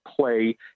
play